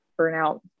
burnout